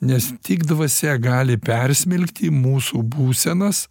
nes tik dvasia gali persmelkti mūsų būsenas